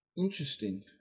interesting